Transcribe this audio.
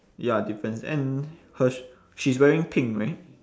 ya difference and her s~ she's wearing pink right